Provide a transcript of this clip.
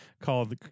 called